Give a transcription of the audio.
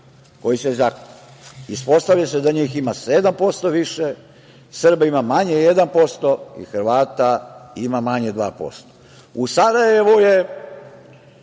koji su egzaktni, ispostavlja se da njih ima 7% više, Srba ima manje 1% i Hrvata ima manje 2%.U Sarajevu je